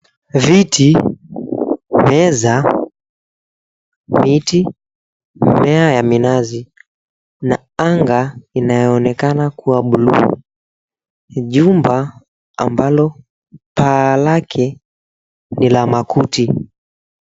Viti, meza, miti, mimea ya minazi na anga inayoonekana kuwa buluu. Jumba ambalo paa lake ni la makuti.